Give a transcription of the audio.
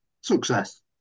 Success